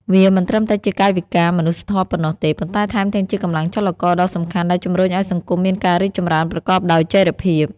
វាមិនត្រឹមតែជាកាយវិការមនុស្សធម៌ប៉ុណ្ណោះទេ ប៉ុន្តែថែមទាំងជាកម្លាំងចលករដ៏សំខាន់ដែលជំរុញឱ្យសង្គមមានការរីកចម្រើនប្រកបដោយចីរភាព។